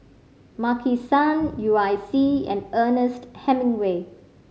Maki San U I C and Ernest Hemingway